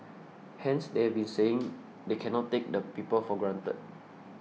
hence they have been saying they cannot take the people for granted